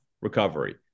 recovery